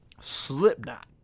Slipknot